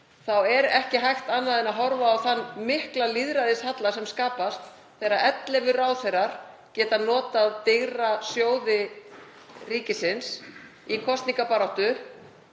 þá er ekki hægt annað en að horfa á þann mikla lýðræðishalla sem skapast þegar 11 ráðherrar geta notað digra sjóði ríkisins í kosningabaráttu